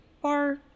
bar